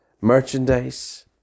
merchandise